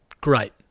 great